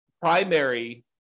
primary